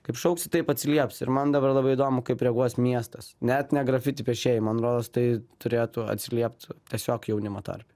kaip šauksi taip atsilieps ir man dabar labai įdomu kaip reaguos miestas net ne grafiti piešėjai man rodos tai turėtų atsiliepti tiesiog jaunimo tarpe